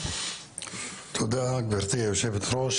תודה גבירתי היושבת ראש.